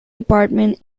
department